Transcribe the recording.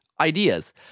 ideas